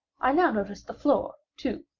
i now noticed the floor, too,